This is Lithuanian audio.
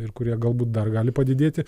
ir kurie galbūt dar gali padidėti